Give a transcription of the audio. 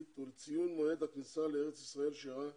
ולציון מועד הכניסה לארץ ישראל שאירע ב-י'